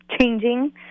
changing